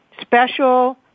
special